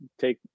take